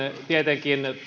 tietenkin